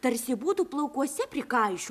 tarsi būtų plaukuose prikaišio